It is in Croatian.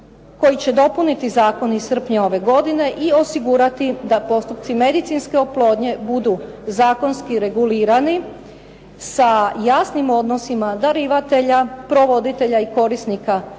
koji će dopuniti zakon iz srpnja ove godine i osigurati da postupci medicinske oplodnje budu zakonski regulirani sa jasnim odnosima darivatelja, provoditelja i korisnika